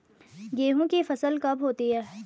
गेहूँ की फसल कब होती है?